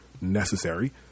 necessary